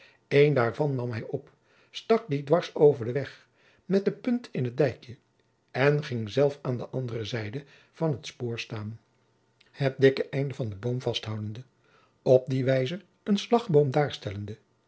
een daarvan nam hij op stak dien dwars over den weg met de punt in het dijkje en ging zelf aan de andere zijde van het spoor staan het dikke einde van den boom vasthoudende op die wijze een slagboom